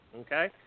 okay